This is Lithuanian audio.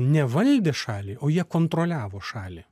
ne valdė šalį o jie kontroliavo šalį